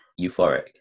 euphoric